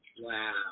Wow